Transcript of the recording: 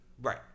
Right